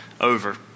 over